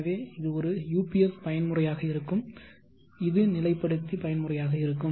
எனவே இது ஒரு யுபிஎஸ் பயன்முறையாக இருக்கும் இது நிலைப்படுத்தி பயன்முறையாக இருக்கும்